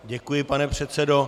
Děkuji, pane předsedo.